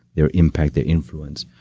their impact, their influence,